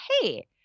hey